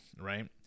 right